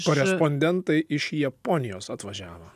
korespondentai iš japonijos atvažiavo